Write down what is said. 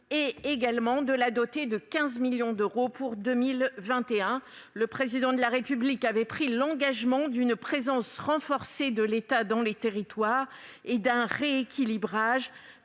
et doter son budget de 15 millions d'euros pour 2021. Le Président de la République avait pris l'engagement d'une présence renforcée de l'État dans les territoires et d'un rééquilibrage